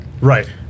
Right